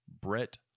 Brett